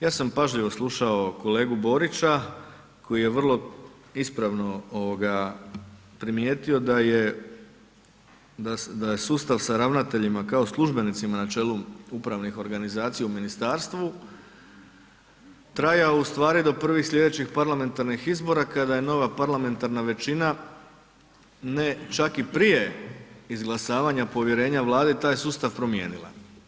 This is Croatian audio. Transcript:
Ja sam pažljivo slušao kolegu Borića koji je vrlo ispravno primijetio da je sustav sa ravnateljima kao službenicima na čelu upravnih organizacija u ministarstvu trajao ustvari do prvih slijedećih parlamentarnih izbora kada je nova parlamentarna većina, ne čak i prije izglasavanja povjerenja Vlade, taj sustav promijenila.